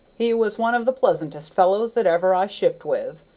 he was one of the pleasantest fellows that ever i shipped with,